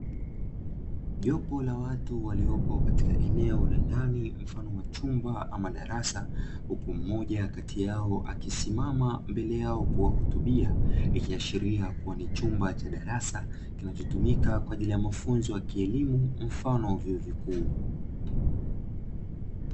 Jopo la watu waliopo katika eneo la ndani mfano wa chumba ama darasa, huku mmoja kati yao akisimama mbele yao kuwahutubia ikiashiria kuwa ni chumba cha darasa kinachotumika kwa ajili ya mafunzo ya kielimu mfano wa vyuo vikuu.